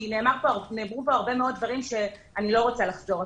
כי נאמרו פה הרבה דברים שאני לא רוצה לחזור עליהם.